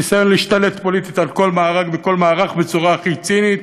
ניסיון להשתלט פוליטית על כל מארג וכל מערך בצורה הכי צינית,